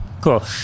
Cool